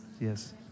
Yes